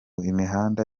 imihanda